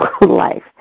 life